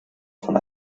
von